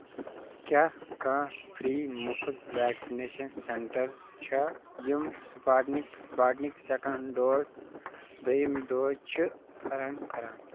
کیٛاہ کانٛہہ فری مُفٕط ویکسِنیشن سینٹر چھا یِم سٕپُٹنِک سٕپُٹنِک سیکنڈ ڈوز دٔیُم ڈوز چھِ فراہَم کران